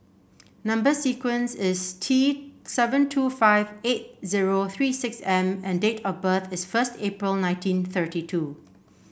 number sequence is T seven two five eight zero three six M and date of birth is first April nineteen thirty two